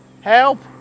Help